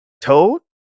Toad